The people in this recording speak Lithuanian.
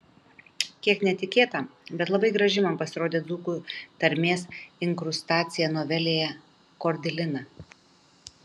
kiek netikėta bet labai graži man pasirodė dzūkų tarmės inkrustacija novelėje kordilina